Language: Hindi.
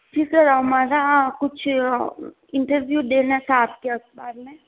जी सर हमारा कुछ इंटरव्यू देना था आप के अख़बार में